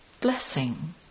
Blessing